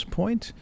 point